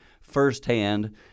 firsthand